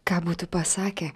ką būtų pasakę